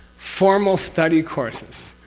formal study courses.